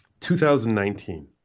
2019